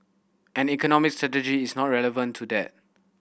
and economic strategy is not irrelevant to that